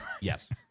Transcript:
Yes